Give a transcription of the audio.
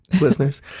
listeners